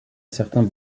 certains